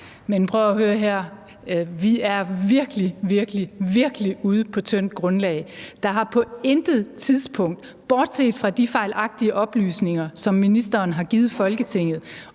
Men prøv at høre her: Vi er virkelig, virkelig ude på et tyndt grundlag. Der har på intet tidspunkt, bortset fra de fejlagtige oplysninger, som ministeren har givet Folketinget,